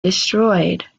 destroyed